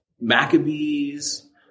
Maccabees